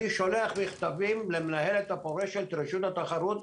אני שולח מכתבים למנהלת הפורשת רשות התחרות,